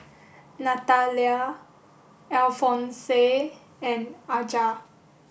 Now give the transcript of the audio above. Natalya Alfonse and Aja